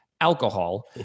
alcohol